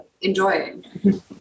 enjoying